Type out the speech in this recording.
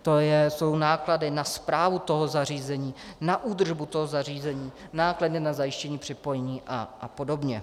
To jsou náklady na správu toho zařízení, na údržbu toho zařízení, náklady na zajištění připojení apod.